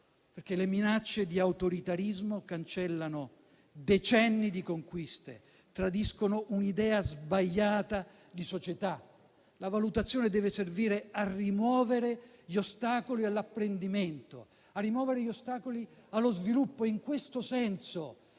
perché minacce e autoritarismo cancellano decenni di conquiste e tradiscono un'idea sbagliata di società. La valutazione deve servire a rimuovere gli ostacoli all'apprendimento e allo sviluppo: in questo senso